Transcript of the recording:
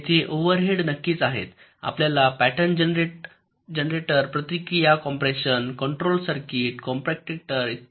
तेथे ओव्हरहेड्स नक्कीच आहेत आपल्याला पॅटर्न जनरेटर प्रतिक्रिया कॉम्पॅक्शन कंट्रोल सर्किट्स कॉम्पोटेटर इ